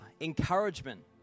encouragement